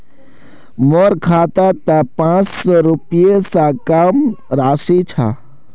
मोर खातात त पांच सौ रुपए स कम राशि छ